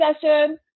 session